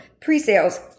pre-sales